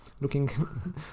looking